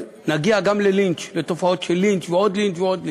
נגיע גם לתופעות של לינץ', ועוד לינץ' ועוד לינץ'.